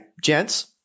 gents